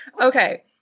Okay